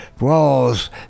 walls